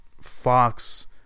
Fox